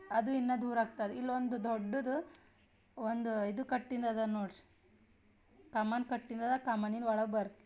ಅದು ಇನ್ನೂ ದೂರ ಆಗ್ತದೆ ಇಲ್ಲೊಂದು ದೊಡ್ಡದು ಒಂದು ಇದು ಕಟ್ಟಿಂದದ ನೋಡಿರಿ ಕಮಾನು ಕಟ್ಟಿದಾರೆ ಕಮಾನಿನ ಒಳಗೆ ಬರ್ರಿ